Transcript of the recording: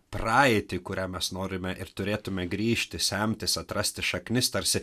praeitį kurią mes norime ir turėtume grįžti semtis atrasti šaknis tarsi